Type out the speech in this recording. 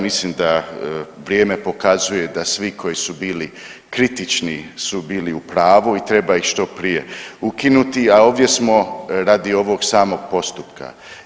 Mislim da vrijeme pokazuje da svi koji su bili kritični su bili u pravu i treba ih što prije ukinuti, a ovdje smo radi ovog samog postupka.